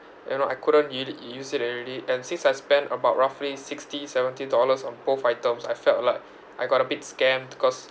you know I couldn't really use it already and since I spent about roughly sixty seventy dollars on both items I felt like I got a bit scammed cause